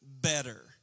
better